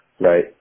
right